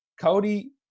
Cody